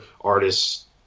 artists